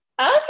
okay